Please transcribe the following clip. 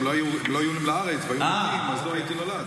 כי אם לא היו עולים לארץ ולא היו מגיעים,